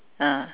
ah